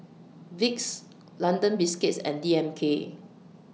Vicks London Biscuits and D M K